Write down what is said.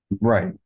Right